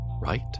right